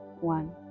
one